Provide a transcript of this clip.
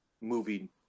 movie